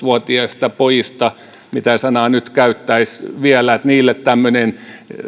vuotiaista pojista mitä sanaa nyt käyttäisi vielä tämmöinen